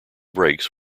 brakes